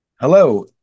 Hello